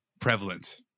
prevalent